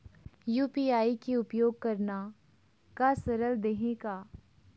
UPI के उपयोग करना का सरल देहें का?